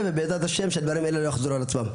כדי שבעזרת ה׳ דברים כאלה לא יחזרו על עצמם.